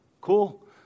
Cool